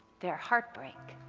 their heart break,